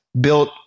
built